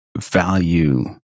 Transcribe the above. value